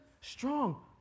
strong